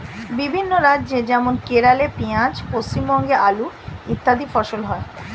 বিভিন্ন রাজ্য যেমন কেরলে পেঁয়াজ, পশ্চিমবঙ্গে আলু ইত্যাদি ফসল হয়